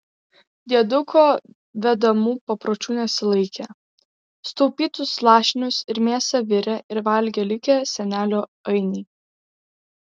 dieduko vedamų papročių nesilaikė sutaupytus lašinius ir mėsą virė ir valgė likę senelio ainiai